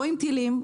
רואים טילים,